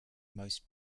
most